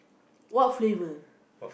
what flavor